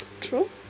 true